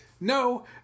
No